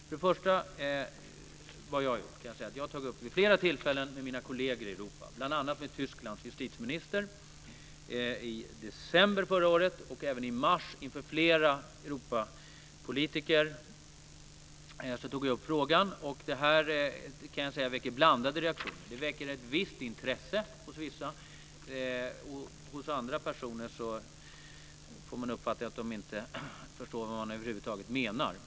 Först och främst har jag vid flera tillfällen tagit upp detta med mina kolleger i Europa, bl.a. med mars tog jag upp frågan inför flera Europapolitiker. Jag kan säga att detta möter blandade reaktioner. Det väcker ett visst intresse hos en del, andra personer får man uppfattningen att de över huvud taget inte förstår vad man menar.